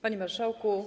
Panie Marszałku!